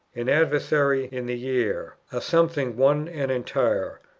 an adversary in the air, a something one and entire,